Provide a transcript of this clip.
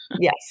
Yes